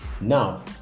Now